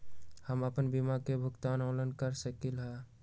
हम अपन बीमा के भुगतान ऑनलाइन कर सकली ह?